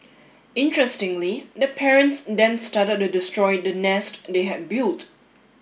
interestingly the parents then started to destroy the nest they had built